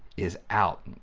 is out! and